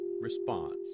response